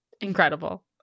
Incredible